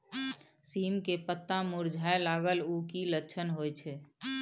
सीम के पत्ता मुरझाय लगल उ कि लक्षण होय छै?